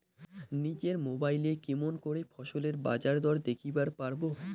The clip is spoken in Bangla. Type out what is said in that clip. নিজের মোবাইলে কেমন করে ফসলের বাজারদর দেখিবার পারবো?